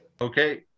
Okay